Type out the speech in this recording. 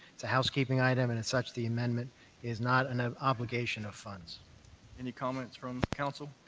it's a housekeeping item and, as such, the amendment is not an ah obligation of funds any comments from council?